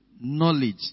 knowledge